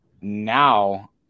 now